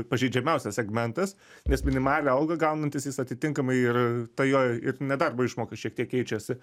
pažeidžiamiausias segmentas nes minimalią algą gaunantis jis atitinkamai ir ta jo ir nedarbo išmoka šiek tiek keičiasi